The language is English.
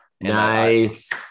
Nice